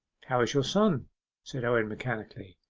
how is your son said owen mechanically.